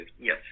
yes